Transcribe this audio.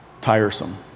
Tiresome